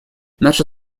наша